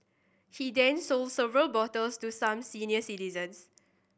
he then sold several bottles to some senior citizens